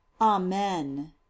amen